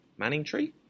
Manningtree